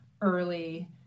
early